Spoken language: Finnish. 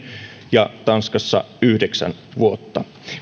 ja tanskassa yhdeksän vuotta